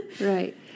Right